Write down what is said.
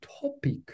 topic